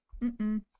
mm-mm